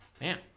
man